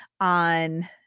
on